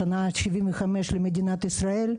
השנה ה-75 למדינת ישראל,